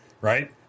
right